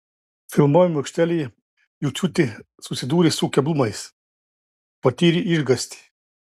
filmavimo aikštelėje juciūtė susidūrė su keblumais patyrė išgąstį